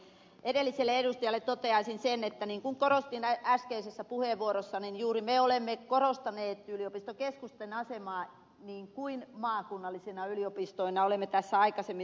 edelliselle edustajalle toteaisin sen että kuten korostin äskeisessä puheenvuorossani juuri me olemme korostaneet yliopistokeskusten asemaa maakunnallisina yliopistoina niin kuin olemme tässä aikaisemmin todenneet